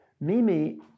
Mimi